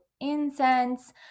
incense